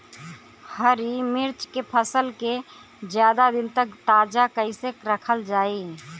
हरि मिर्च के फसल के ज्यादा दिन तक ताजा कइसे रखल जाई?